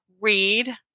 read